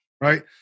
right